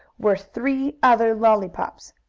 were three other lollypops!